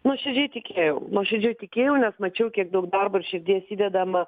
nuoširdžiai tikėjau nuoširdžiai tikėjau nes mačiau kiek daug darbo ir širdies įdedama